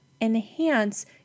enhance